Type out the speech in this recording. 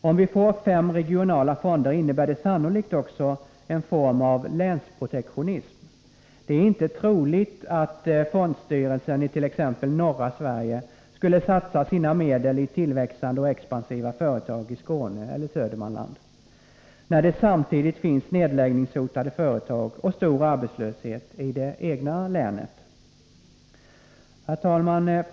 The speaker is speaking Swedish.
Om vi får fem regionala fonder innebär det sannolikt också en form av länsprotektionism. Det är inte troligt att fondstyrelsen i t.ex. norra Sverige skulle satsa sina medel i tillväxande och expansiva företag i Skåne eller Södermanland, när det samtidigt finns nedläggningshotade företag och stor arbetslöshet i det egna länet. Herr talman!